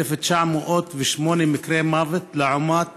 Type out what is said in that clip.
1,908 מקרי מוות, לעומת